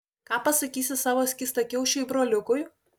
ką pasakysi savo skystakiaušiui broliukui